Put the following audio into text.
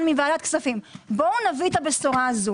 מוועדת כספים בואו נביא את הבשורה הזאת.